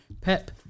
Pep